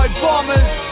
bombers